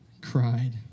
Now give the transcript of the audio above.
cried